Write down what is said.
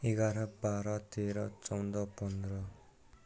एघार बाह्र तेह्र चौध पन्ध्र